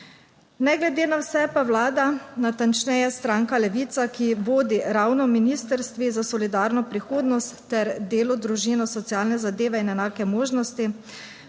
Ne glede na vse pa Vlada, natančneje stranka Levica, ki vodi ravno ministrstvi za solidarno prihodnost ter delo, družino, socialne zadeve in enake možnosti,